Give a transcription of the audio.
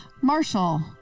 Marshall